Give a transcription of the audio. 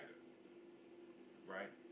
right